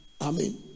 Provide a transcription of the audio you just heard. Amen